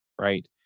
right